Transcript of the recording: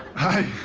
hi.